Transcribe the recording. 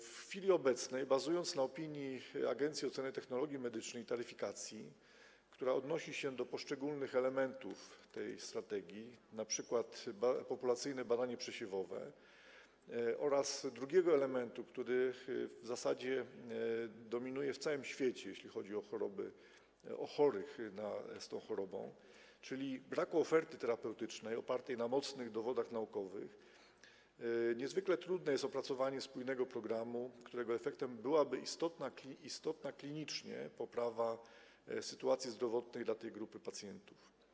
W chwili obecnej, bazując na opinii Agencji Oceny Technologii Medycznych i Taryfikacji, która odnosi się do poszczególnych elementów tej strategii, np. populacyjnego badania przesiewowego oraz drugiego elementu, który w zasadzie dominuje w całym świecie, jeśli chodzi o tę chorobę, czyli braku oferty terapeutycznej opartej na mocnych dowodach naukowych, niezwykle trudne jest opracowanie spójnego programu, którego efektem byłaby istotna klinicznie poprawa sytuacji zdrowotnej tej grupy pacjentów.